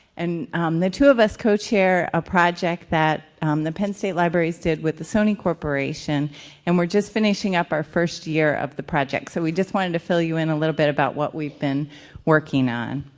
and um the two of us co-chair a project that um the penn state libraries did with the sony corporation and we're just finishing up our first year of the project. so we just wanted to fill you in a little bit about what we've been working on.